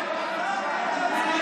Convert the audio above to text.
דקה.